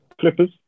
Clippers